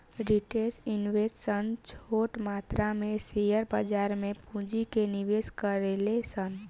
retail investor सन छोट मात्रा में शेयर बाजार में पूंजी के निवेश करेले सन